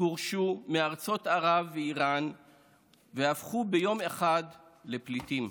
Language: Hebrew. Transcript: גורשו מארצות ערב ואיראן והפכו ביום אחד לפליטים.